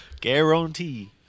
Guarantee